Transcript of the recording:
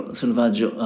selvaggio